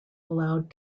allowed